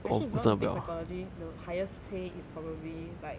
actually if you want to take psychology the highest pay is probably like